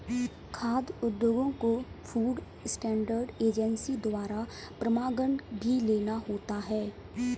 खाद्य उद्योगों को फूड स्टैंडर्ड एजेंसी द्वारा प्रमाणन भी लेना होता है